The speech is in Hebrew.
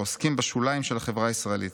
העוסקים בשוליים של החברה הישראלית,